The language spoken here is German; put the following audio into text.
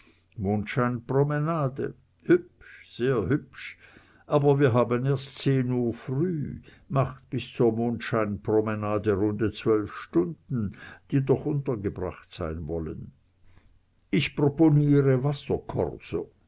mondscheinpromenade hübsch sehr hübsch aber wir haben erst zehn uhr früh macht bis zur mondscheinpromenade runde zwölf stunden die doch untergebracht sein wollen ich proponiere wasserkorso